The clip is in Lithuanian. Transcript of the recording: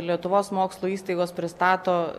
lietuvos mokslo įstaigos pristato